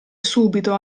subito